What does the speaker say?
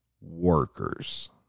workers